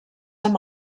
amb